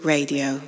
Radio